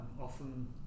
often